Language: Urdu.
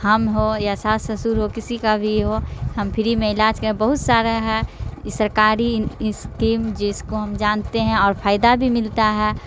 ہم ہو یا ساس سسر ہو کسی کا بھی ہو ہم پھری میں علاج کریں بہت سارا ہے سرکاری اسکیم جس کو ہم جانتے ہیں اور فائدہ بھی ملتا ہے